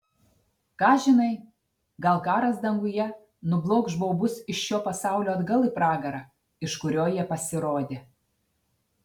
ką žinai gal karas danguje nublokš baubus iš šio pasaulio atgal į pragarą iš kurio jie pasirodė